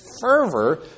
fervor